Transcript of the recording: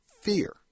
fear